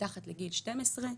מתחת לגיל 12,